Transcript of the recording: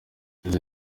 izo